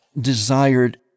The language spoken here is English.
desired